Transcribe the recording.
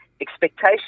expectation